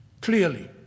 clearly